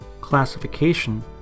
classification